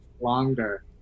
longer